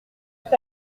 tout